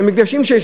את המקדשים שיש,